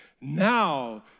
Now